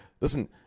listen